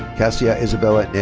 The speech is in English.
kasia isabella